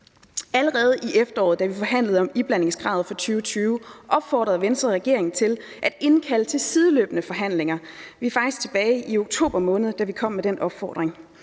Allerede i efteråret, da vi forhandlede om iblandingskravet for 2020, opfordrede Venstre regeringen til at indkalde til sideløbende forhandlinger. Det er faktisk tilbage i oktober måned, at vi kom med den opfordring.